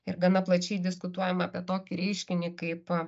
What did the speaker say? ir gana plačiai diskutuojam apie tokį reiškinį kaip